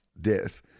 death